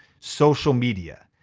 social media,